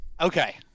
Okay